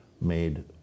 made